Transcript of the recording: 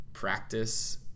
practice